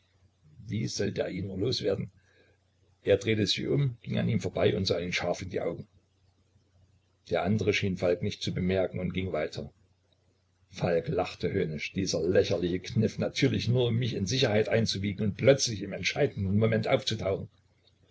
wie sollte er ihn nur los werden er drehte sich um ging an ihm vorbei und sah ihn scharf an der andere schien falk nicht zu bemerken und ging weiter falk lacht höhnisch dieser lächerliche kniff natürlich nur um mich in sicherheit einzuwiegen und plötzlich im entscheidenden momente aufzutauchen